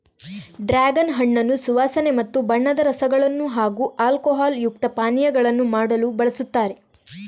dragon ಹಣ್ಣನ್ನು ಸುವಾಸನೆ ಮತ್ತು ಬಣ್ಣದ ರಸಗಳನ್ನು ಹಾಗೂ ಆಲ್ಕೋಹಾಲ್ ಯುಕ್ತ ಪಾನೀಯಗಳನ್ನು ಮಾಡಲು ಬಳಸುತ್ತಾರೆ